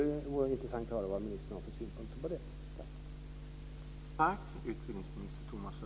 Det vore intressant att höra vad ministern har för synpunkter på det.